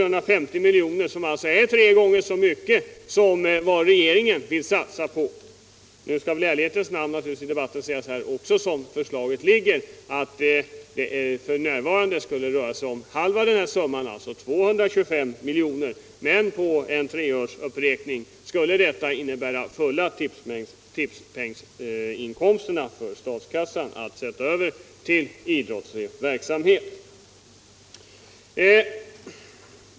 Det är tre gånger så mycket som regeringen vill satsa på idrotten varje år. I ärlighetens namn skall väl sägas att samhällets stöd, som vårt förslag nu ligger, kommer att uppgå till ca 225 milj.kr., dvs. halva det belopp som kommer in genom tipset. Men med en uppräkning på tre år skulle samma belopp som nu tas in genom tipset gå till idrottslig verksamhet.